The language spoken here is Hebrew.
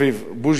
בוז'י הרצוג,